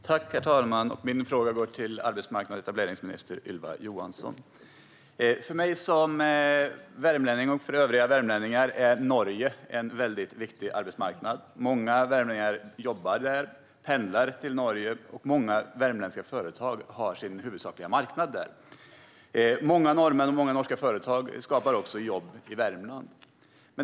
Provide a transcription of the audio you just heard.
Herr talman! Min fråga går till arbetsmarknads och etableringsminister Ylva Johansson. För mig och övriga värmlänningar är Norge en väldigt viktig arbetsmarknad. Många värmlänningar jobbar där och pendlar dit, och många värmländska företag har sin huvudsakliga marknad där. Många norrmän och norska företag skapar också jobb i Värmland.